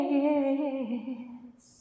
yes